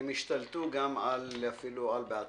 הם השתלטו אפילו גם על "בהצדעה".